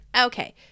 Okay